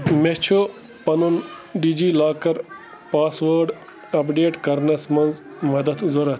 مےٚ چھُ پنُن DigiLocker password update کرنَس منٛز مدد ضروٗرت